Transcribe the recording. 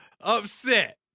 upset